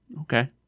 Okay